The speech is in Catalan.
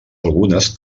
algunes